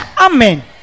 Amen